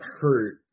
hurt